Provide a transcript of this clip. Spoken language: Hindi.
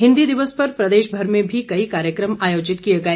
हिंदी दिवस पर प्रदेशभर में भी कई कार्यकम आयोजित किए गए